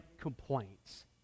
complaints